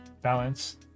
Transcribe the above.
balance